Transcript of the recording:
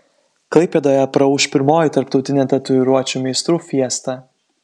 klaipėdoje praūš pirmoji tarptautinė tatuiruočių meistrų fiesta